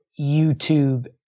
YouTube